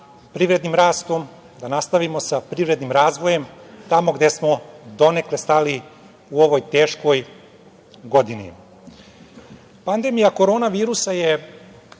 privrednim rastom, da nastavimo sa privrednim razvojem tamo gde smo donekle stali u ovoj teškoj godini. Pandemija korona virusa je